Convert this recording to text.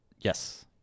Yes